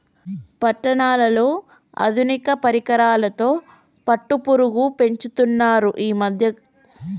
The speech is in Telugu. పట్నాలలో ఆధునిక పరికరాలతో పట్టుపురుగు పెంచుతున్నారు ఈ మధ్య